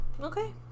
Okay